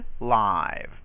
live